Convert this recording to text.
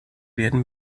werden